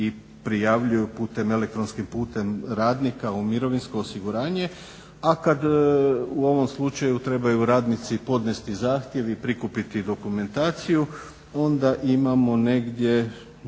sami prijavljuju elektronskim putem radnika u mirovinsko osiguranje. A kada u ovom slučaju trebaju podnesti zahtjev i prikupiti dokumentaciju onda imamo negdje